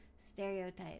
stereotype